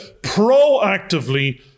proactively